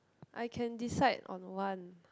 I can decide on one